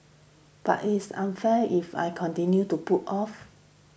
but it's unfair if I continue to putting off